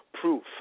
proof